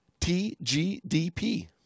tgdp